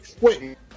Wait